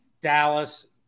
Dallas